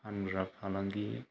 फानग्रा फालांगि